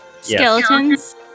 Skeletons